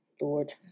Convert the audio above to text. Lord